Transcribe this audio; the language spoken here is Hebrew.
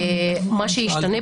מה שישתנה,